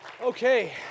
Okay